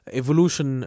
evolution